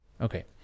Okay